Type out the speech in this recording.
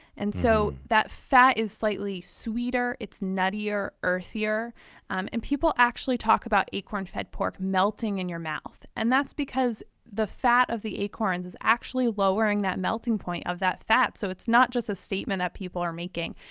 and so that fat is slightly sweeter it's nuttier, earthier um and people actually talk about acorn-fed pork melting in your mouth. and that's because the fat of the acorn is is actually lowering that melting point of that fat. so it's not just a statement that people are making.